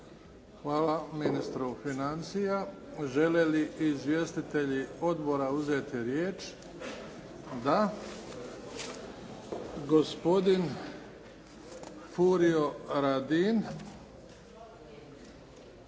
Hvala ministru financija. Žele li izvjestitelji odbora uzeti riječ? Da. Gospodin Furio Radin